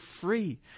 free